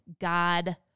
God